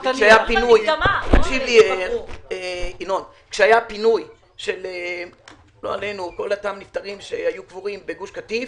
בזמנו כשהיה פינוי של כל הנפטרים שהיו קבורים בגוש קטיף